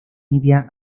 media